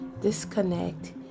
disconnect